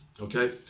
Okay